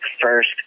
first